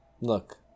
Look